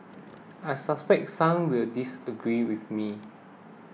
I suspect some will disagree with me